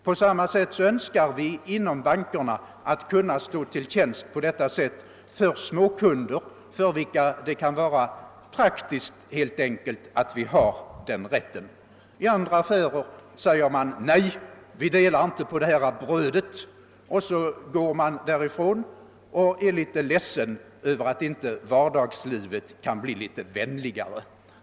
På samma sätt önskar vi inom bankerna kunna stå till tjänst när det gäller småkunder. Det kan vara praktiskt att vi har den rättigheten. I andra affärer säger man kanske: Nej, vi får inte dela brödet. Då går man därifrån och är litet ledsen över att inte vardagslivet kan bli servicevänligare.